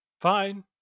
fine